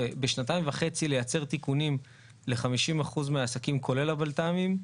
בשנתיים וחצי לייצר תיקונים ל-50% מהעסקים כולל הבלת"מים,